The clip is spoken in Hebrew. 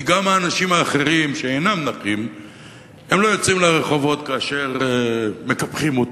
כי גם האנשים האחרים שאינם נכים לא יוצאים לרחובות כאשר מקפחים אותם.